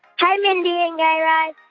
hi, mindy and guy raz.